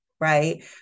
right